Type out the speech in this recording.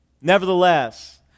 Nevertheless